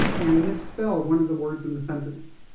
and misspell one of the words in the sentence.